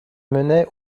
menait